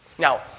Now